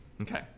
Okay